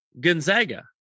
Gonzaga